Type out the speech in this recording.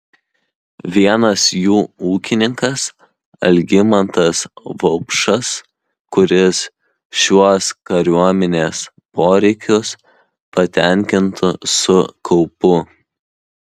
vienas jų ūkininkas algimantas vaupšas kuris šiuos kariuomenės poreikius patenkintų su kaupu